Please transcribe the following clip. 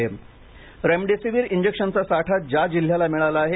remdesivir remdesivir इंजेक्शनचा साठा ज्या जिल्ह्याला मिळाला आहे